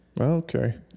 okay